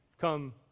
come